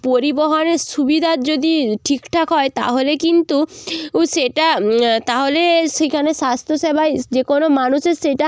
পরিবহণের সুবিধা যদি ঠিকঠাক হয় তাহলে কিন্তু উ সেটা তাহলে সেখানে স্বাস্থ্যসেবায় যে কোনো মানুষের সেটা